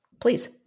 Please